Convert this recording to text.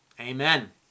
Amen